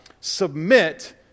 submit